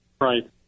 Right